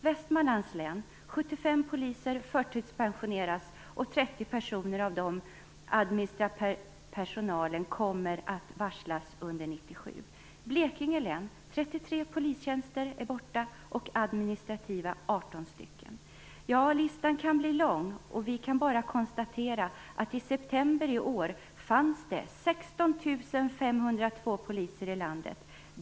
Västmanlands län: 75 poliser förtidspensioneras och 30 personer ur den administrativa personalen kommer att varslas under 1997. Blekinge län: 33 polistjänster och 18 administrativa tjänster är borta. Listan kan bli lång. Vi kan bara konstatera att i september i år fanns det 16 502 poliser i landet.